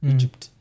Egypt